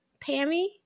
Pammy